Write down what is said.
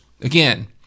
again